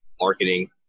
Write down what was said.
marketing